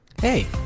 hey